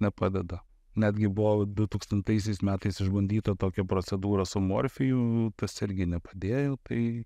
nepadeda netgi buvo du tūkstantaisiais metais išbandyta tokia procedūra su morfijum tas irgi nepadėjo tai